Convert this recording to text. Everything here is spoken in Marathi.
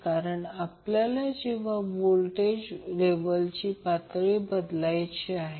कारण आपल्याला जेव्हा व्होल्टेज लेवलची पातळी बदलायची आहे